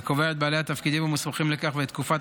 וקובע את בעלי התפקידים המוסמכים לכך ואת תקופת